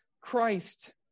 Christ